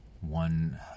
one